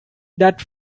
that